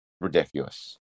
ridiculous